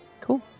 Cool